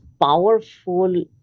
powerful